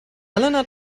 elena